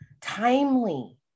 timely